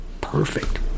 Perfect